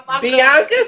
Bianca